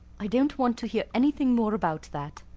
i don't want to hear anything more about that.